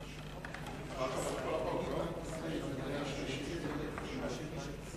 סעיפים 21